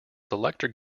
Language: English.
selector